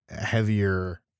heavier